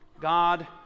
God